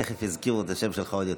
תכף יזכירו את השם שלך עוד יותר,